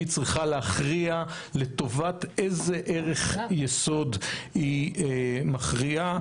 והיא צריכה להכריע לטובת איזה ערך יסוד היא מכריעה.